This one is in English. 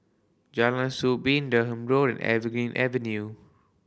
Jalan Soo Been Durham Road and Evergreen Avenue